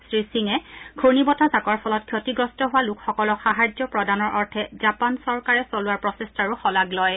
শ্ৰী সিঙে ঘূৰ্ণি বতাহ জাকৰ ফলত ক্ষতিগ্ৰস্ত হোৱা লোকসকলক সাহায্য প্ৰদানৰ অৰ্থে জাপান চৰকাৰে চলোৱা প্ৰচেষ্টাৰো শলাগ লয়